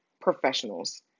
professionals